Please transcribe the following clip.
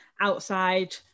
outside